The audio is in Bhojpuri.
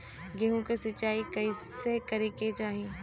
गेहूँ के सिंचाई कइसे करे के चाही?